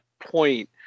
point